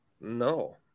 No